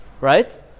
right